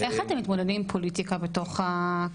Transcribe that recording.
איך אתם מתמודדים עם פוליטיקה בקונסטלציה,